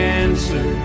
answer